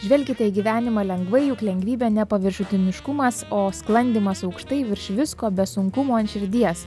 žvelkite į gyvenimą lengvai juk lengvybė ne paviršutiniškumas o sklandymas aukštai virš visko be sunkumų ant širdies